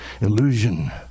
illusion